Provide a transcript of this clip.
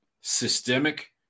systemic